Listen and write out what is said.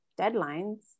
deadlines